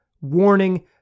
warning